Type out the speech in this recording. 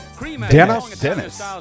Dennis